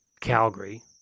Calgary